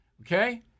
okay